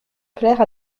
plaire